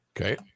okay